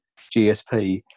GSP